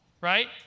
Right